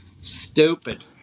stupid